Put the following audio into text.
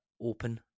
open